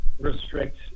restrict